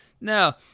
Now